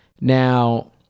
Now